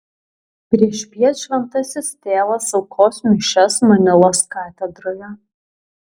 priešpiet šventasis tėvas aukos mišias manilos katedroje